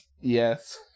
Yes